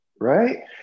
Right